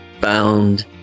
bound